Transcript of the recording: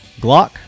Glock